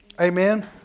Amen